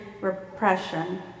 repression